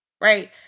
Right